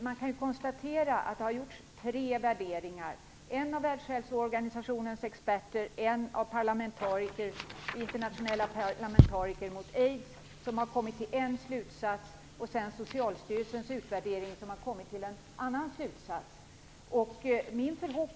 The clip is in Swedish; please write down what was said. Vi kan konstatera att det har gjorts tre värderingar: en av Världshälsoorganisationens experter, en av Internationella parlamentariker mot aids, som har kommit till en slutsats, och sedan Socialstyrelsens utvärdering, där man kommit till en annan slutsats.